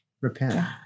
Repent